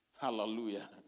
Hallelujah